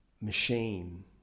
machine